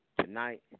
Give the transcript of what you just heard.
Tonight